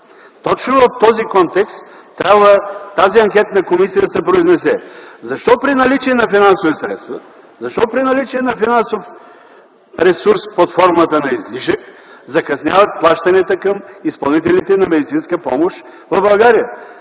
Точно в този контекст тази анкетна комисия трябва да се произнесе: защо при наличие на финансови средства и финансов ресурс под формата на излишък закъсняват плащанията към изпълнителите на медицинска помощ в България?